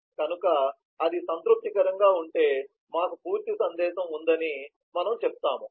కనుక అది సంతృప్తికరంగా ఉంటే మాకు పూర్తి సందేశం ఉందని మనము చెప్తాము